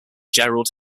gerald